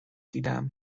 دیدم